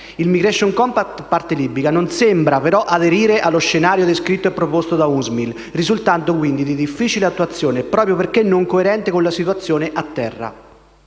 Il *migration compact* parte libica non sembra, però, aderire allo scenario descritto e proposto da UNSMIL, risultando quindi di difficile attuazione, proprio perché non coerente con la situazione a terra.